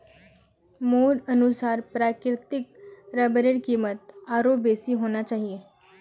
मोर अनुसार प्राकृतिक रबरेर कीमत आरोह बेसी होना चाहिए